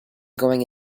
going